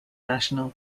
national